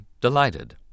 delighted